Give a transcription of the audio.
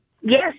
Yes